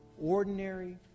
ordinary